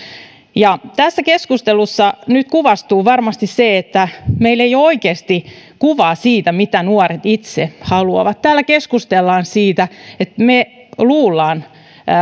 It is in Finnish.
tässä keskustelussa nyt kuvastuu varmasti se että meillä ei ole oikeasti kuvaa siitä mitä nuoret itse haluavat täällä keskustellaan niin että me luulemme